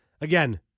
Again